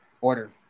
order